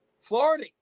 Florida